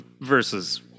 versus